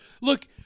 Look